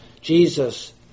Jesus